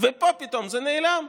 ופה פתאום זה נעלם.